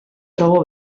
trobo